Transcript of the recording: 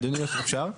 אדוני, אפשר?